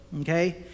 Okay